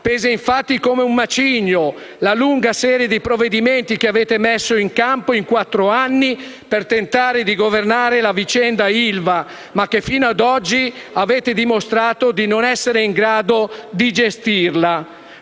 Pesa, infatti, come un macigno la lunga serie di provvedimenti che avete messo in campo in quattro anni per tentare di governare la vicenda ILVA, che fino ad oggi avete dimostrato però di non essere in grado di gestire.